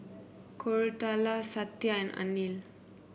Koratala Satya and Anil